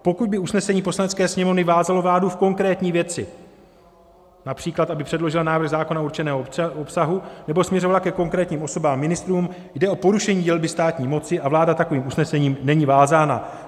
Pokud by usnesení Poslanecké sněmovny vázalo vládu v konkrétní věci, např. aby předložila návrh zákona určeného obsahu nebo směřovala ke konkrétním osobám ministrů, jde o porušení dělby státní moci a vláda takovým usnesením není vázána.